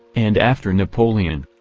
and after napoleon.